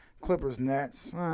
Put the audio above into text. Clippers-Nets